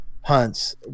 hunts